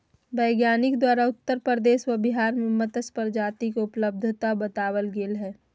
वैज्ञानिक द्वारा उत्तर प्रदेश व बिहार में मत्स्य प्रजाति के उपलब्धता बताबल गले हें